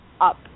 up